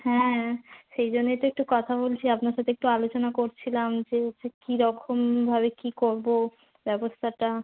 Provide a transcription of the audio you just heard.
হ্যাঁ সেই জন্যেই তো একটু কথা বলছি আপনার সাথে একটু আলোচনা করছিলাম যে যে কীরকমভাবে কী করবো ব্যবস্থাটা